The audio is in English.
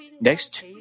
Next